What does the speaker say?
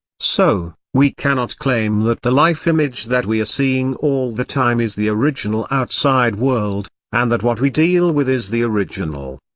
so, we cannot claim that the life image that we are seeing all the time is the original outside world, and that what we deal with is the original.